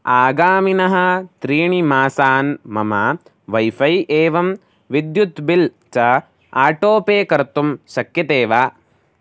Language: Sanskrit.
आगामिनः त्रीणि मासान् मम वैफ़ै एवं विद्युत् बिल् च आटो पे कर्तुं शक्यते वा